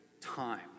time